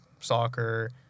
soccer